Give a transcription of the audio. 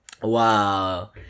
wow